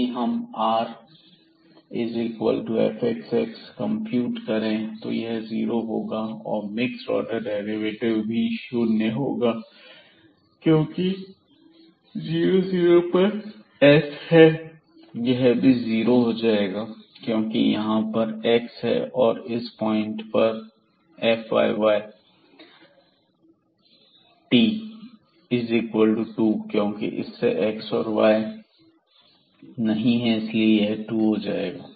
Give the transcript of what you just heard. यदि हम rfxx00 compute करें तो यह जीरो होगा मिक्स ऑर्डर पार्शियल डेरिवेटिव भी शून्य होगा जोकि 00 पर s है यह भी जीरो हो जाएगा क्योंकि यहां पर x है और इस पॉइंट पर tfyy002 क्योंकि इसमें x और y नहीं है इसलिए यह 2 हो जाएगा